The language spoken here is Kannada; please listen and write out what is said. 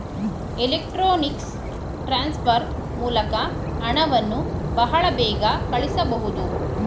ಎಲೆಕ್ಟ್ರೊನಿಕ್ಸ್ ಟ್ರಾನ್ಸ್ಫರ್ ಮೂಲಕ ಹಣವನ್ನು ಬಹಳ ಬೇಗ ಕಳಿಸಬಹುದು